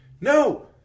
No